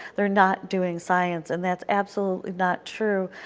they are not doing science, and that's absolutely not true.